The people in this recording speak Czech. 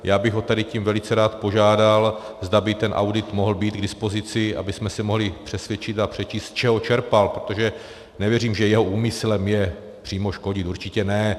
Já bych ho tady velice rád požádal, zda by ten audit mohl být k dispozici, abychom se mohli přesvědčit a přečíst, z čeho čerpal, protože nevěřím, že jeho úmyslem je přímo škodit, určitě ne.